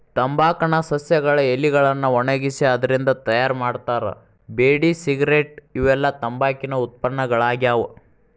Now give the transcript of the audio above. ತಂಬಾಕ್ ನ ಸಸ್ಯಗಳ ಎಲಿಗಳನ್ನ ಒಣಗಿಸಿ ಅದ್ರಿಂದ ತಯಾರ್ ಮಾಡ್ತಾರ ಬೇಡಿ ಸಿಗರೇಟ್ ಇವೆಲ್ಲ ತಂಬಾಕಿನ ಉತ್ಪನ್ನಗಳಾಗ್ಯಾವ